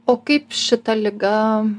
o kaip šita liga